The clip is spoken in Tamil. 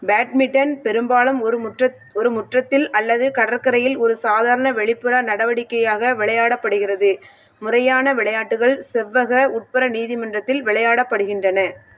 பேட்மிட்டன் பெரும்பாலும் ஒரு முற்றத் முற்றத்தில் அல்லது கடற்கரையில் ஒரு சாதாரண வெளிப்புற நடவடிக்கையாக விளையாடப்படுகிறது முறையான விளையாட்டுகள் செவ்வக உட்புற நீதிமன்றத்தில் விளையாடப்படுகின்றன